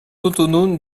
autonomes